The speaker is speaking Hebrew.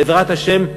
בעזרת השם,